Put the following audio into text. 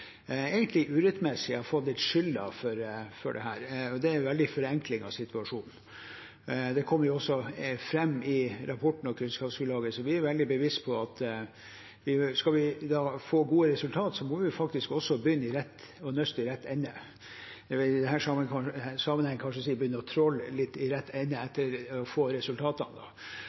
egentlig urettmessig har fått litt skylden for dette. Det er en veldig forenkling av situasjonen. Det kommer også fram i rapporten og kunnskapsgrunnlaget, så vi er veldig bevisst på at skal vi få gode resultat, må vi begynne å nøste i rett ende. I denne sammenhengen kan vi kanskje si at vi bør begynne å tråle i rett ende etter